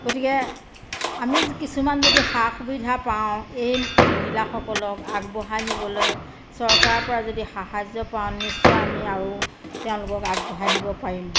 গতিকে আমি কিছুমান যদি সা সুবিধা পাওঁ এই মহিলাসকলক আগবঢ়াই নিবলৈ চৰকাৰৰ পৰা যদি সাহাৰ্য্য় পাওঁ নিশ্চয় আমি আৰু তেওঁলোকক আগবঢ়াই নিব পাৰিম